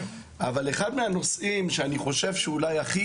אבל אחד מהנושאים שאני חושב שאולי הכי